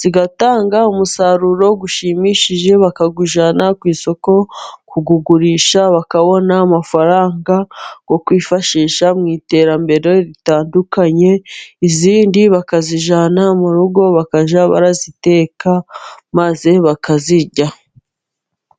zigatanga umusaruro ushimishije, bakawujyana ku isoko kuwugurisha, bakabona amafaranga yo kwifashisha mu iterambere ritandukanye. Izindi bakazijyana mu rugo bakajya baziteka maze bakazirya.